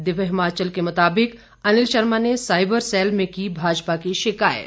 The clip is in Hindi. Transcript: दिव्य हिमाचल के मुताबिक अनिल शर्मा ने साइबर सैल में की भाजपा की शिकायत